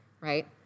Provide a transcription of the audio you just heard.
right